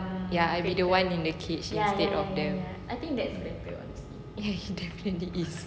ya I be the one in the cage instead of them ya ya it definitely is